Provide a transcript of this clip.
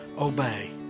Obey